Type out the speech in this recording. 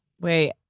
Wait